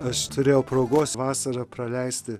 aš turėjau progos vasarą praleisti